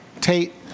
Tate